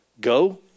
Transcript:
Go